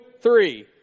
three